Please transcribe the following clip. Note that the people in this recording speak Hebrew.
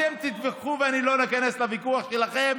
אתם תתווכחו, ואני לא איכנס לוויכוח שלכם.